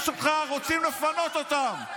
אני מציע לך, אל תהיה אחד מהם.